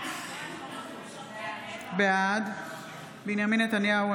בעד בנימין נתניהו,